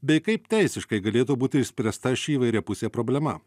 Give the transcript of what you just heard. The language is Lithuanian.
bei kaip teisiškai galėtų būti išspręsta ši įvairiapusė problema